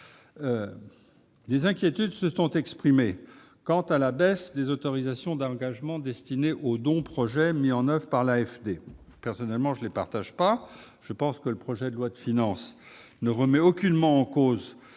Des inquiétudes se sont exprimées sur la baisse des autorisations d'engagement allouées aux dons-projets mis en oeuvre par l'AFD. Personnellement, je ne les partage pas. Je pense que le projet de loi de finances ne remet aucunement en cause